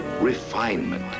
refinement